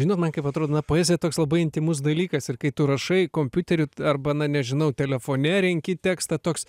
žinot man kaip atrodo na poezija toks labai intymus dalykas ir kai tu rašai kompiuteriu arba na nežinau telefone renki tekstą toks